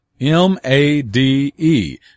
M-A-D-E